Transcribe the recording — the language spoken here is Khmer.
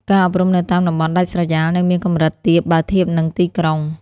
ការអប់រំនៅតាមតំបន់ដាច់ស្រយាលនៅមានកម្រិតទាបបើធៀបនឹងទីក្រុង។